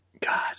God